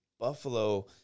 Buffalo